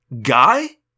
Guy